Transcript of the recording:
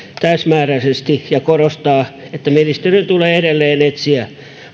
täysmääräisesti ja korostaa että ministeriön tulee edelleen etsiä